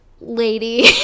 lady